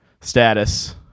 status